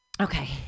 okay